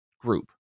group